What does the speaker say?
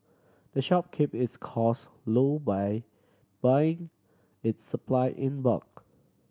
the shop keep its cost low by buying its supply in bulk